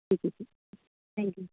جی ٹھیک ہے thank you